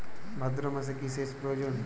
ভাদ্রমাসে কি সেচ প্রয়োজন?